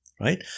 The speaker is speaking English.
right